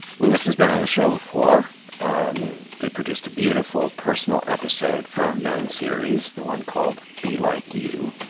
lewis has been on the show before um they produced a beautiful, personal episode for our men series, the one called be like you.